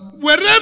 Wherever